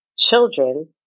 Children